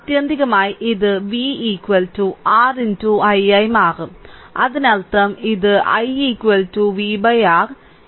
ആത്യന്തികമായി ഇത് v r R i ആയി മാറും അതിനർത്ഥം ഇത് i v R